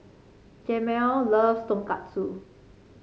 Jamel loves Tonkatsu